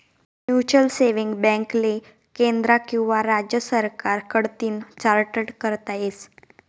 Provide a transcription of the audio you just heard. mutual saving बॅकले केंद्र किंवा राज्य सरकार कडतीन चार्टट करता येस